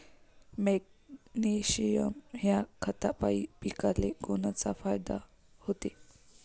Magnesium ह्या खतापायी पिकाले कोनचा फायदा होते?